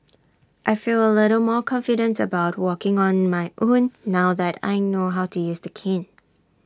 I feel A little more confident about walking on my own now that I know how to use the cane